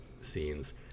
scenes